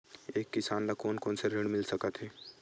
एक किसान ल कोन कोन से ऋण मिल सकथे?